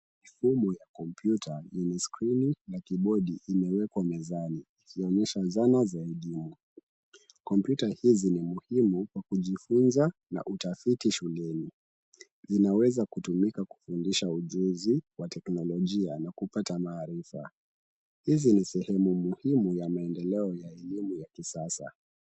Simu ya kompyuta yenye skrini na kibodi imewekwa mezani ikionyesha zana za elimu. Kompyuta hizi ni muhimu kwa kujifunza na utafiti shuleni. Zinaweza kutumika kufundisha ujuzi wa teknolojia na kupata maarifa. Hizi ni sehemu muhimu ya maendeleo ya elimu ya kisasa.